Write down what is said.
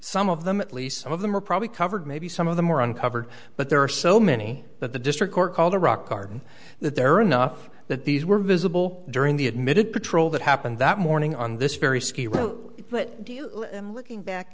some of them at least some of them are probably covered maybe some of them were uncovered but there are so many that the district court called a rock garden that there are enough that these were visible during the admitted patrol that happened that morning on this very ski road but do you looking back